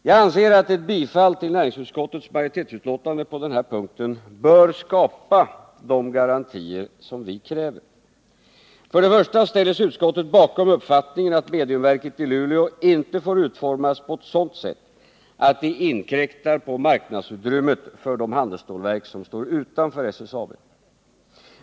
Jag anser att ett bifall till näringsutskottets majoritetsbetänkande på den här punkten bör skapa de garantier som vi kräver. För det första ställer sig utskottsmajoriteten bakom uppfattningen att mediumverket i Luleå inte får utformas på ett sådant sätt att det inkräktar på marknadsutrymmet för de handelsstålverk som står utanför SSAB.